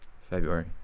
February